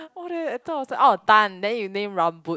oh that I thought I was like oh Tan then you name Rambut